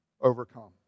overcome